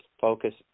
focus